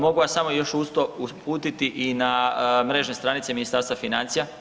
Mogu vas samo još uz to uputiti i na mrežne stranice Ministarstva financija.